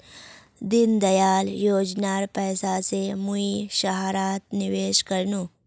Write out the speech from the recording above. दीनदयाल योजनार पैसा स मुई सहारात निवेश कर नु